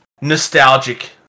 nostalgic